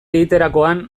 egiterakoan